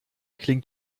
klingt